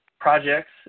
projects